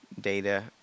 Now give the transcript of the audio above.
data